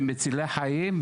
הן מצילות חיים.